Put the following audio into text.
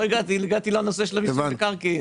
הגעתי; בסך הכל הגעתי לנושא של מיסוי המקרקעין.